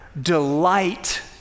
delight